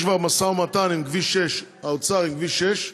יש כבר משא-ומתן של האוצר עם כביש 6,